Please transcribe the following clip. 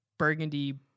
Burgundy